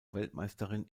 weltmeisterin